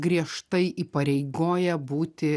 griežtai įpareigoja būti